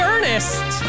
Ernest